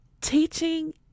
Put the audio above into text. Teaching